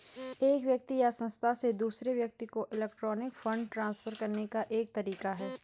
एक व्यक्ति या संस्था से दूसरे व्यक्ति को इलेक्ट्रॉनिक फ़ंड ट्रांसफ़र करने का एक तरीका है